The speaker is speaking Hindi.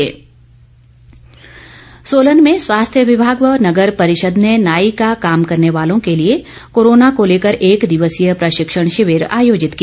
शिविर सोलन में स्वास्थ्य विभाग व नगर परिषद ने नाई का काम करने वालों के लिए कोरोना को लेकर एक दिवसीय प्रशिक्षण शिविर आयोजित किया